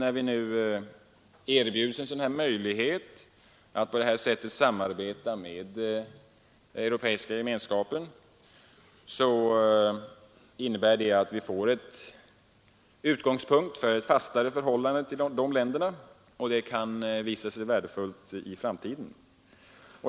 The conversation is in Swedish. När vi nu erbjuds en möjlighet att på detta sätt samarbeta med europeiska gemenskapen innebär det att vi får ett fastare förhållande till dessa länder, och det kan visa sig värdefullt i framtiden.